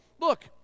look